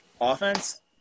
offense